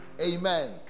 Amen